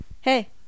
Hey